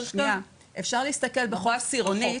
אפשר להסתכל בחוף סירונית,